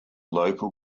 local